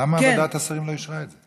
למה ועדת השרים לא אישרה את זה?